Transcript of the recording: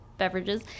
beverages